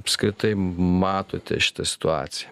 apskritai matote šitą situaciją